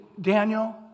Daniel